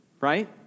right